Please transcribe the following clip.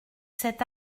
cet